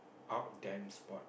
out damn sport